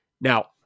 Now